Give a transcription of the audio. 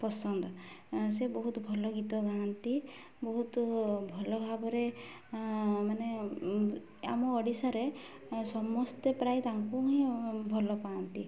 ପସନ୍ଦ ସେ ବହୁତ ଭଲ ଗୀତ ଗାଆନ୍ତି ବହୁତ ଭଲ ଭାବରେ ମାନେ ଆମ ଓଡ଼ିଶାରେ ସମସ୍ତେ ପ୍ରାୟ ତାଙ୍କୁ ହିଁ ଭଲ ପାଆନ୍ତି